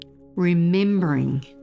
remembering